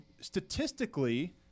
statistically –